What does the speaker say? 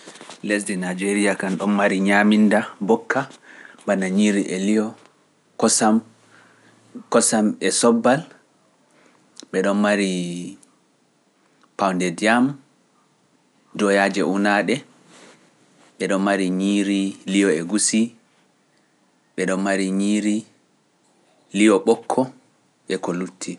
Lesde Najariya kaan ɗon mari ñaminda mbokka, bana ñiiri e liyo kosam e sobal, ɓe ɗon mari pawde diyam, duwoyaaji e unaade, ɓe ɗon mari ñiiri liyo e gusi, ɓe ɗon mari ñiiri liyo ɓokko e ko lutti.